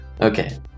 Okay